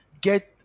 get